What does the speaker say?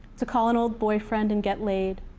to call an old boyfriend and get laid,